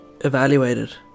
evaluated